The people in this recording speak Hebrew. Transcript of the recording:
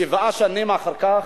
שבע שנים אחר כך,